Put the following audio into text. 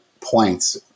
points